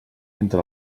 entre